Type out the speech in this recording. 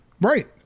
Right